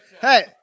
hey